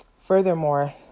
Furthermore